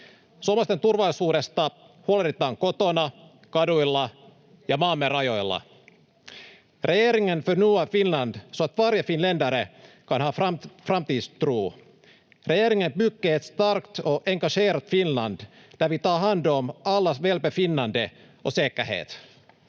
Suomalaisten turvallisuudesta huolehditaan kotona, kaduilla ja maamme rajoilla. Regeringen förnyar Finland så att varje finländare kan ha framtidstro. Regeringen bygger ett starkt och engagerat Finland där vi tar hand om allas välbefinnande och säkerhet.